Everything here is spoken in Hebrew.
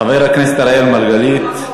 חבר הכנסת אראל מרגלית,